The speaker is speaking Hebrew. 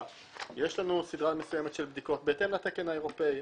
יש לנו סדרה מסוימת של בדיקות בהתאם לתקן האירופאי.